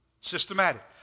Systematic